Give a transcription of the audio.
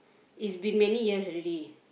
it's been many years already